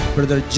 Brother